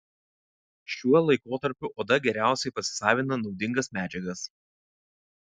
šiuo laikotarpiu oda geriausiai pasisavina naudingas medžiagas